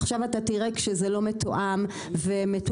עכשיו אתה תראה כשזה לא מתואם ומתועד.